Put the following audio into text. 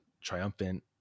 triumphant